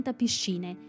piscine